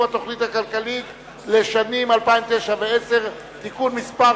התוכנית הכלכלית לשנים 2009 ו-2010) (תיקון מס'